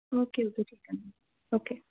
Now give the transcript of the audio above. okay okay ਜੀ okay